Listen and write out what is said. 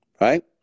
Right